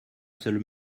seule